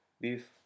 beef